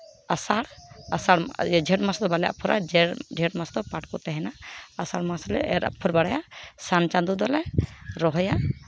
ᱟᱥᱟᱲ ᱟᱥᱟᱲ ᱤᱭᱟᱹ ᱡᱷᱮᱸᱴ ᱢᱟᱥ ᱫᱚ ᱵᱟᱞᱮ ᱟᱯᱷᱚᱨᱟ ᱡᱷᱮᱸᱴ ᱢᱟᱥ ᱫᱚ ᱯᱟᱴ ᱠᱚ ᱛᱟᱦᱮᱱᱟ ᱟᱥᱟᱲ ᱢᱟᱥᱞᱮ ᱮᱨ ᱟᱯᱷᱚᱨ ᱵᱟᱲᱟᱭᱟ ᱥᱟᱱ ᱪᱟᱸᱫᱳ ᱫᱚᱞᱮ ᱨᱚᱦᱚᱭᱟ